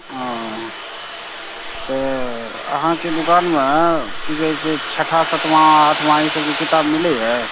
पुस्तकके दूकान सऽ बाजै छियै की